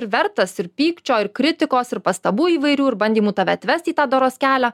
ir vertas ir pykčio ir kritikos ir pastabų įvairių ir bandymų tave atvesti į tą doros kelią